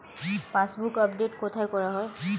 Passbook update কোথায় করা হয়?